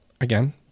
again